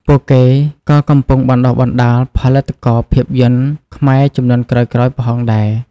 ពួកគេក៏កំពុងបណ្តុះបណ្ដាលផលិតករភាពយន្តខ្មែរជំនាន់ក្រោយៗផងដែរ។